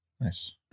Nice